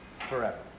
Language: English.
forever